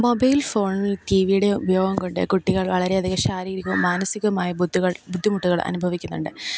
mobile ഫോണും ടീ വീടെ ഉപയോഗം കൊണ്ട് കുട്ടികൾ വളരെയധികം ശാരീരികോം മാനസികോമായ ബുദ്ധികൾ ബുദ്ധിമുട്ടുകൾ അനുഭവിക്കുന്നുണ്ട്